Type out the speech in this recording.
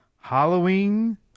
Halloween